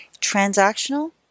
Transactional